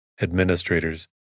administrators